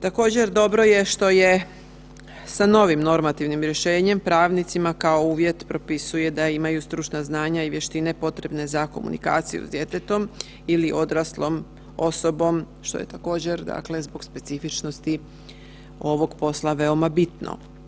Također, dobro je što je sa novim normativnim rješenjem pravnicima kao uvjet propisuje da imaju stručna znanja i vještine potrebne za komunikaciju s djetetom ili odraslom osobom što je također dakle zbog specifičnosti ovog posla veoma bitno.